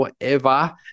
forever